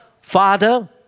Father